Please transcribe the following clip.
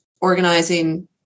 Organizing